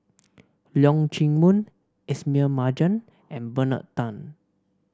Leong Chee Mun Ismail Marjan and Bernard Tan